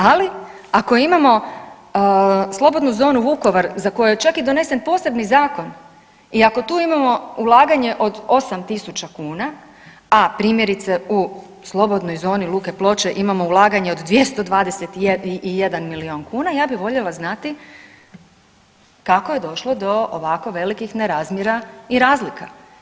Ali ako imamo slobodnu zonu Vukovar za koju je čak donesen posebni zakon i ako tu imamo ulaganje od 8000 kuna, a primjerice u slobodnoj zoni luke Ploče imamo ulaganje od 221 milijun kuna, ja bih voljela znati kako je došlo do ovako velikih nerazmjera i razlika.